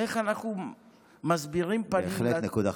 איך אנחנו מסבירים פנים, בהחלט נקודה חשובה.